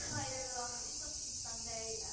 i mean the last few this one's from sunday.